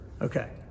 Okay